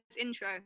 intro